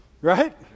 Right